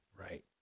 right